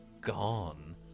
Gone